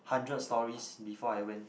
hundred stories before I went